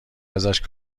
ازش